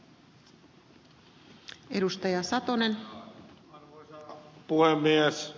arvoisa puhemies